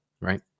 right